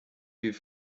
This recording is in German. wie